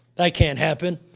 that can't happen.